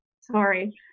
Sorry